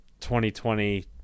2020